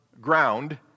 ground